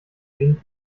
wenig